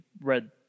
read